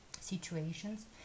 situations